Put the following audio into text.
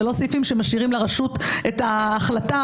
ולא סעיפים שמשאירים לרשות את ההחלטה